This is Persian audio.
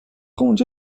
اونجا